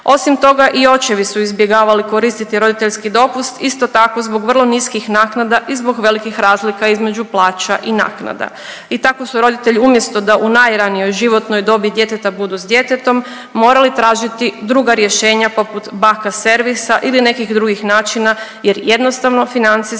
Osim toga i očevi su izbjegavali koristiti roditeljski dopust isto tako zbog vrlo niskih naknada i zbog velikih razlika između plaća i naknada. I tako su roditelji umjesto da u najranijoj životnoj dobi djeteta budu s djetetom morali tražiti druga rješenja poput baka servisa ili nekih drugih načina jer jednostavno financijski